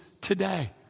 today